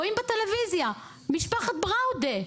רואים בטלוויזיה את משפחת בראודה.